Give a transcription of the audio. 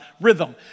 rhythm